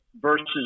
versus